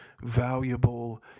valuable